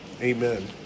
Amen